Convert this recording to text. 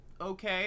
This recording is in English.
okay